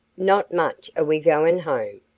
not much are we goin' home,